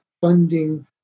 funding